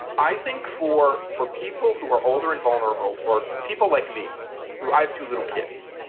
i think for for people who are older and vulnerable or people like me who i have two little kids.